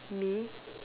me